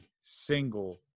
single